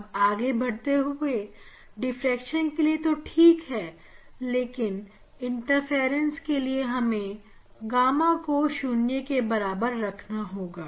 अब आगे बढ़ते हुए डिफ्रेक्शन के लिए तो ठीक है लेकिन इंटरफेरेंस के लिए हमें गामा को शून्य के बराबर रखना होगा